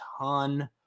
ton